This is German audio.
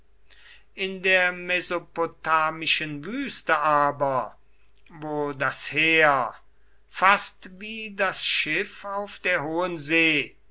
in der mesopotamischen wüste aber wo das heer fast wie das schiff auf der hohen see